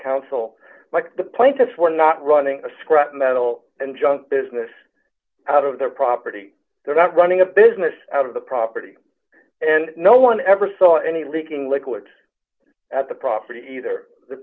counsel like the plaintiff for not running a scrap metal and junk business out of their property they're not running a business out of the property and no one ever saw any leaking liquid at the property either the